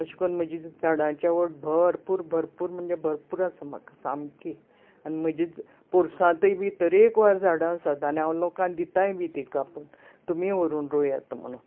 अशें करून म्हजी झाडांची आवड भरपूर म्हणजे भरपूर आसा सामकी आनी म्हज्या पोरसांतुय बी तरेकवार झाडां आसात लोकांक दिताय बी ती कापूंन तुमीय व्हरुन रोंयात म्हणून